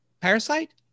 Parasite